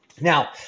Now